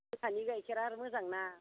जाहानि गाइखेरा मोजां ना